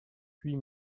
huit